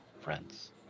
Friends